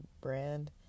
brand